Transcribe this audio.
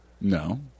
No